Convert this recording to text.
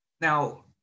now